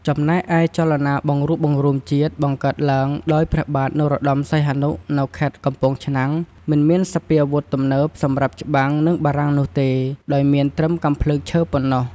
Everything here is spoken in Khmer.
ចំណែកឯចលនាបង្រួបបង្រួមជាតិ បង្កើតឡើងដោយព្រះបាទ នរោត្តមសីហនុ នៅ ខេត្តកំពង់ឆ្នាំង មិនមានសញ្ញវុធទំនើបសម្រាប់ច្បាំងនិងបារាំងនោះទេ ដោយមានត្រឹមកាំភ្លើងឈើប៉ុនណោះ ។